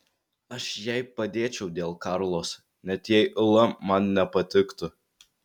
aš jai padėčiau dėl karlos net jei ula man nepatiktų